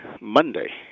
Monday